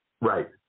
right